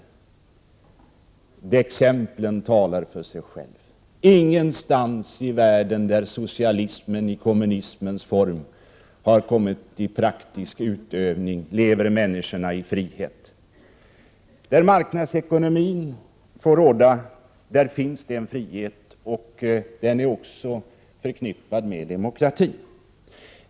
Exemplen talar för sig själva. Ingenstans i världen där socialismen i kommunismens form har kommit till praktisk utövning lever människorna i frihet. Där marknadsekonomi får råda, där finns det en frihet, och den är också förknippad med demokrati.